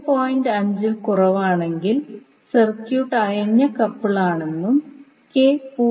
5 ൽ കുറവാണെങ്കിൽ സർക്യൂട്ട് അയഞ്ഞ കപ്പിൾ ആണെന്നും k 0